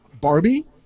Barbie